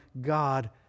God